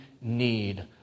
need